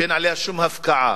שאין עליה שום הפקעה,